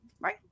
right